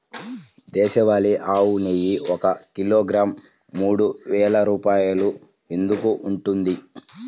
దేశవాళీ ఆవు నెయ్యి ఒక కిలోగ్రాము మూడు వేలు రూపాయలు ఎందుకు ఉంటుంది?